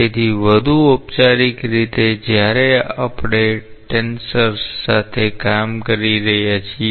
તેથી વધુ ઔપચારિક રીતે જયારે આપણે ટેન્સર્સ સાથે કામ કરી રહ્યા છીએ